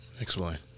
Explain